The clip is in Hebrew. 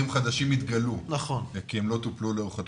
חדשים יתגלו כי הם לא טופלו לאורך התקופה.